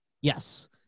Yes